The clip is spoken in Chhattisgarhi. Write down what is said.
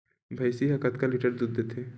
भंइसी हा कतका लीटर दूध देथे?